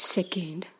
Second